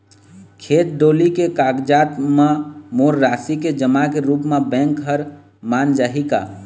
खेत डोली के कागजात म मोर राशि के जमा के रूप म बैंक हर मान जाही का?